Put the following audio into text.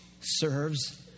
serves